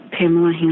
Pamela